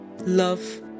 love